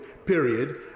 Period